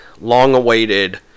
long-awaited